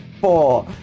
Four